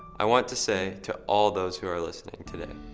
i want to say to all those who are listening today,